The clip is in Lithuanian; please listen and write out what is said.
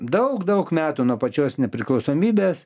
daug daug metų nuo pačios nepriklausomybės